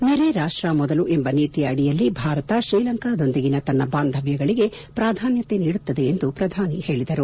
ನೆರೆ ರಾಷ್ಷ ಮೊದಲು ಎಂಬ ನೀತಿಯ ಅಡಿಯಲ್ಲಿ ಭಾರತ ಶ್ರೀಲಂಕಾದೊಂದಿಗಿನ ತನ್ನ ಬಾಂಧವ್ಯಗಳಿಗೆ ಪ್ರಾಧಾನ್ಯತೆ ನೀಡುತ್ತದೆ ಎಂದು ಪ್ರಧಾನಿ ಹೇಳಿದರು